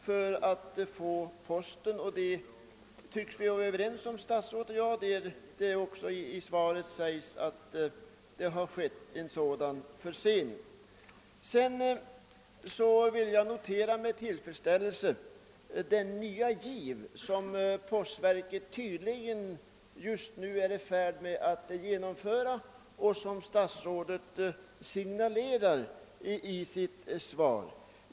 Statsrådet och jag tycks vara överens om detta, eftersom det i svaret sägs att förseningar har skett. Vidare vill jag med tillfredsställelse notera den nya giv från postverkets sida som statsrådet aviserar i sitt svar.